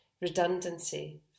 redundancy